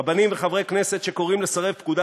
רבנים וחברי כנסת שקוראים לסרב פקודה